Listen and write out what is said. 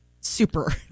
super